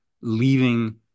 leaving